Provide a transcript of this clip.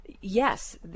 yes